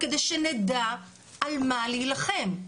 כדי שנדע על מה להילחם.